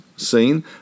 seen